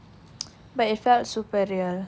but it felt super real